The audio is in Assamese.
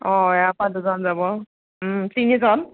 অ ইয়াৰ পৰা দুজন যাব তিনিজন